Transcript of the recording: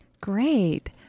Great